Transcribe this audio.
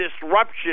disruption